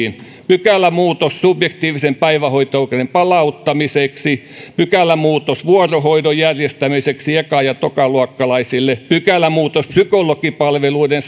pykälämuutos subjektiivisen päivähoito oikeuden palauttamiseksi pykälämuutos vuorohoidon järjestämiseksi eka ja tokaluokkalaisille pykälämuutos psykologipalveluiden